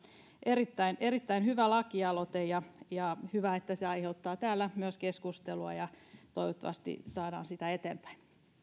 erittäin erittäin hyvä lakialoite ja ja hyvä että se aiheuttaa täällä myös keskustelua toivottavasti saadaan sitä eteenpäin